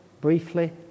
briefly